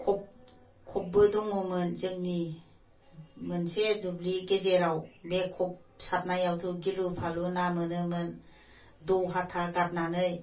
खब खबबो दङमोन जोंनि मोनसे दुब्लि गेजेराव बे खब सारनायावथ' गिलु फालु ना मोनोमोन द'हाथा गारनानै